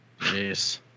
Jeez